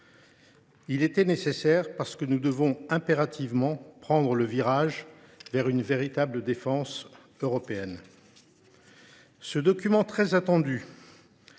également nécessaire parce que nous devons impérativement prendre le virage d’une véritable défense européenne. Ce document très attendu,